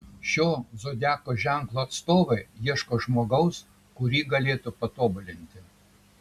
šio zodiako ženklo atstovai ieško žmogaus kurį galėtų patobulinti